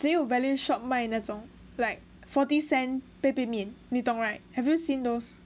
只有 value shop 卖那种 like forty cent 杯杯面你懂 right have you seen those